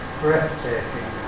breathtaking